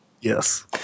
Yes